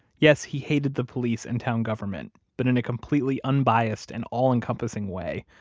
yes, he hated the police and town government but in a completely unbiased and all-encompassing way.